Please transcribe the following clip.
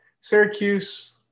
Syracuse